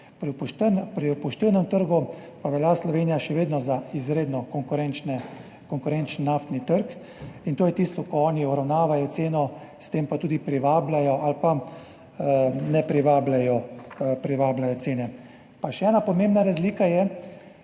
Pri upoštevnem trgu pa velja Slovenija še vedno za izredno konkurenčen naftni trg in to je tisto, ko oni uravnavajo ceno, s tem pa tudi privabljajo ali pa ne privabljajo cene. Pa še ena pomembna razlika je.